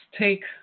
take